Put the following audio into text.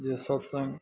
जे सत्सङ्ग